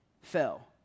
fell